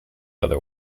other